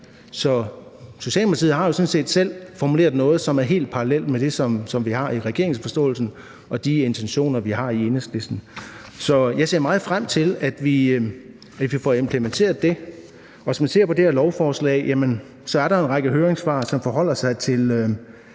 Socialdemokratiet har jo sådan set selv formuleret noget, som er helt parallelt med det, som vi har i regeringsforståelsen, og de intentioner, vi har i Enhedslisten. Så jeg ser meget frem til, at vi får implementeret det. Og hvis man ser på det her lovforslag, er der jo en række høringssvar, der forholder sig til